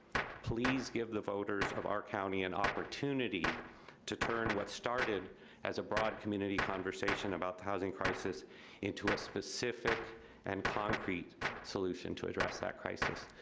please give the voters of our county an and opportunity to turn what started as a broad community conversation about the housing crisis into a specific and concrete solution to address that crisis,